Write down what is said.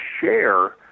share